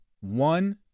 One